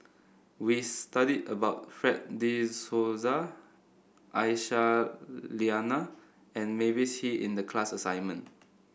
we studied about Fred De Souza Aisyah Lyana and Mavis Hee in the class assignment